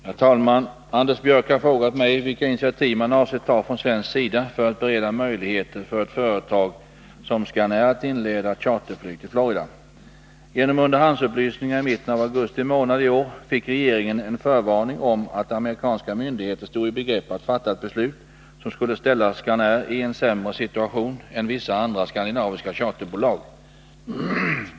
Herr talman! Anders Björck har frågat mig vilka initiativ man avser ta från svensk sida för att bereda möjligheter för ett företag som Scanair att inleda charterflyg till Florida. Genom underhandsupplysningar i mitten av augusti månad i år fick regeringen en förvarning om att amerikanska myndigheter stod i begrepp att fatta ett beslut som skulle ställa Scanair i en sämre situation än vissa andra skandinaviska charterbolag.